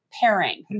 pairing